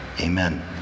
Amen